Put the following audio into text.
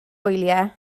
wyliau